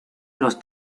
los